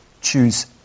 choose